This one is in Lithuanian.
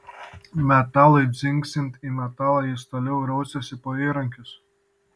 metalui dzingsint į metalą jis toliau rausėsi po įrankius